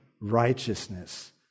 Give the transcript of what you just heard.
Righteousness